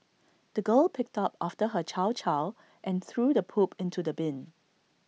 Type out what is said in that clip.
the girl picked up after her chow chow and threw the poop into the bin